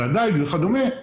הדיג וכדומה,